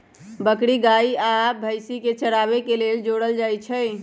बकरी गाइ आ भइसी के चराबे के लेल छोड़ल जाइ छइ